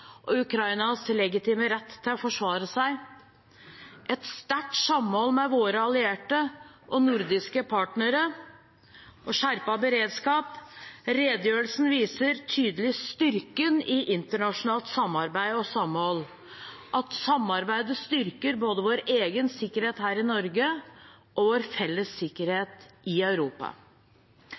og Ukrainas legitime rett til å forsvare seg, et sterkt samhold med våre allierte og nordiske partnere og skjerpet beredskap. Redegjørelsen viser tydelig styrken i internasjonalt samarbeid og samhold, at samarbeidet styrker både vår egen sikkerhet her i Norge og vår felles sikkerhet i Europa.